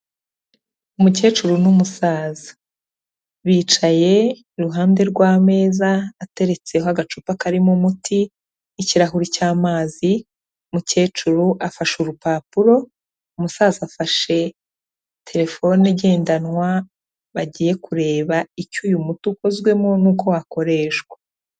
Umukecuru n'umusaza, bicaye iruhande rw'ameza ateretseho agacupa karimo umuti, n'ikirahuri cy'amazi, umukecuru afashe urupapuro, umusaza afashe terefone igendanwa, bagiye kureba icyo uyu muti ukozwemo n'uko wakoreshwa.